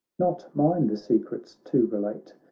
not mine the secrets to relate.